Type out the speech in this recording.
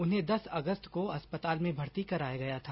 उन्हें दस अगस्त को अस्पताल में भर्ती कराया गया था